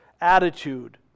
attitude